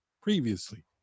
previously